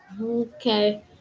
Okay